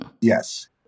Yes